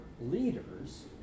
leaders